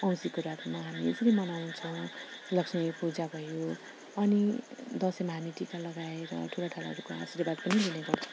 औँसीको रातमा हामी यसरी मनाउँछौँ लक्ष्मी पूजा भयो अनि दसैँमा हामी टिका लगाएर ठुला ठालाहरूको आशीर्वाद पनि लिने गर्छौँ